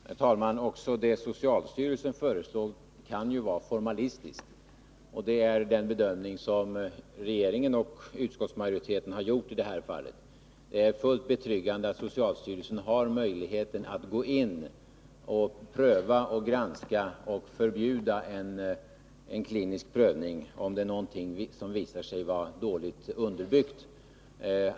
Herr talman! Också det socialstyrelsen föreslår kan ju vara formalistiskt! Det är den bedömning som regeringen och utskottsmajoriteten i det här fallet har gjort. Det är fullt betryggande att socialstyrelsen har möjlighet att gå in och granska, pröva och förbjuda en klinisk prövning, om det gäller någonting som visar sig vara dåligt underbyggt.